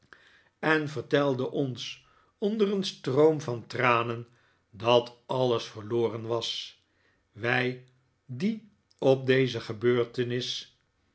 en vertelde ons onder een stroom van tranen dat alles verloren was wij die op deze gebeurtenis